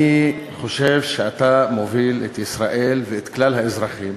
אני חושב שאתה מוביל את ישראל ואת כלל האזרחים